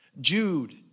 Jude